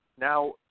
now